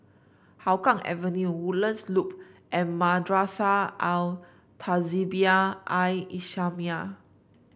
Hougang Avenue Woodlands Loop and Madrasah Al Tahzibiah I islamiah